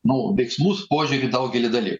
nu veiksmus požiūrį į daugelį daly